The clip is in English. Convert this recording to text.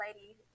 lady